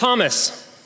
Thomas